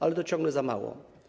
Ale to ciągle za mało.